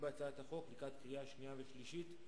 בהצעת החוק לקראת הקריאה השנייה והשלישית.